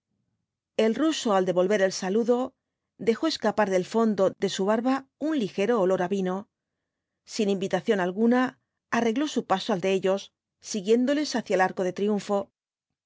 el ruso al devolver el saludo dejó escapar del fondo de su barba un ligero olor de vino sin invitación alguna arregló su paso al de ellos siguiéndoles hacia el arco de triunfo